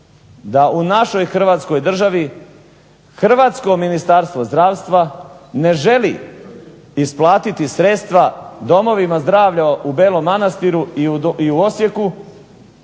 da u našoj Hrvatskoj državi hrvatsko Ministarstvo zdravstva ne želi isplatiti sredstva domovima zdravlja u Belom Manastiru i u Osijeku